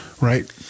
Right